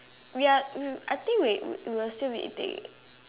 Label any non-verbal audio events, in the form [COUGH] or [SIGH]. we are [NOISE] I think we we will still be eating